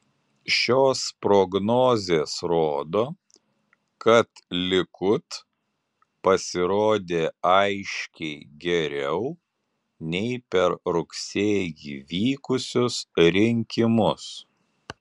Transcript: šios prognozės rodo kad likud pasirodė aiškiai geriau nei per rugsėjį vykusius rinkimus